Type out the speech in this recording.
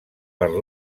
per